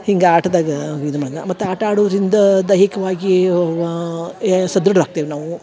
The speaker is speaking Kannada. ಹಿಂಗೆ ಆಟದಾಗ ಇದು ಮಾಡಿದೆ ಮತ್ತು ಆಟ ಆಡೋದರಿಂದ ದೈಹಿಕವಾಗಿ ಸದೃಢರಾಗ್ತೀವಿ ನಾವು